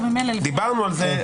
דיברנו על זה.